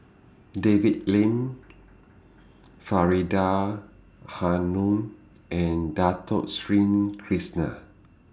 David Lim Faridah Hanum and Dato Sri Krishna